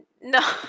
No